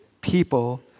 people